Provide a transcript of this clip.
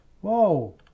Whoa